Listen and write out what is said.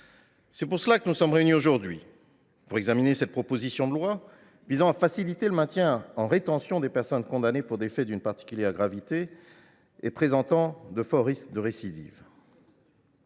sont à ce prix. Nous sommes réunis aujourd’hui afin d’examiner la proposition de loi visant à faciliter le maintien en rétention des personnes condamnées pour des faits d’une particulière gravité et présentant de forts risques de récidive.